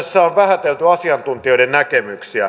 tässä on vähätelty asiantuntijoiden näkemyksiä